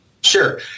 Sure